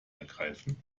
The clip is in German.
ergreifen